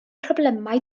problemau